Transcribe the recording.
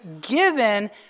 given